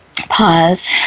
pause